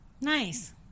nice